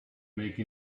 make